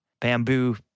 bamboo